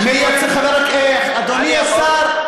אדוני השר,